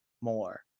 more